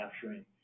capturing